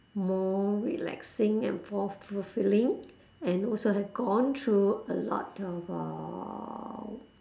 more relaxing and more fulfilling and also have gone through a lot of uhh